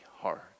hard